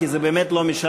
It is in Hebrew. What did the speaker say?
כי זה באמת לא משנה.